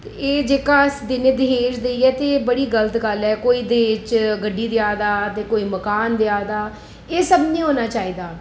एह् जेह्का दहे दाज देइयै ते बड़ी गलत गल्ल ऐ कोई दाज च गड्डी देआ दा ते कोई मकान देआ दा एह् सब नेईं होना चाहिदा